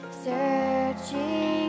Searching